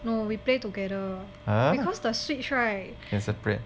no we play together because the switch right